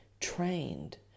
trained